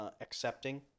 accepting